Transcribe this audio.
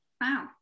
Wow